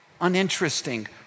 uninteresting